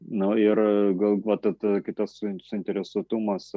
nu ir gal va ta ta tas su suinteresuotumas